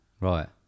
Right